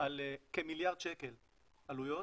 על כמיליארד שקל עלויות,